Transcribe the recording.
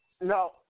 No